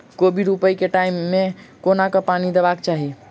कोबी रोपय केँ टायम मे कोना कऽ पानि देबाक चही?